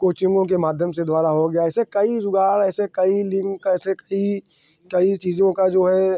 कोचिन्गों के माध्यम से द्वारा हो गया है ऐसे कई जुगाड़ ऐसे कई लिन्क ऐसी कई कई चीज़ों का जो है